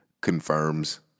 confirms